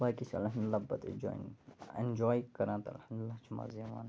باقٕے ایٚنجاے کَران تہٕ الحمدللہ چھُ مَزٕ یِوان